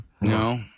No